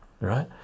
right